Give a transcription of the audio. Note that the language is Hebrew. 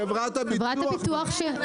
חברת הביטוח.